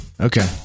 Okay